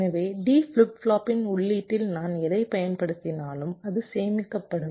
எனவே D flip ஃப்ளாப்பின் உள்ளீட்டில் நான் எதைப் பயன்படுத்தினாலும் அது சேமிக்கப்படும்